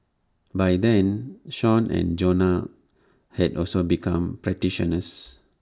by then Sean and Jonah had also become practitioners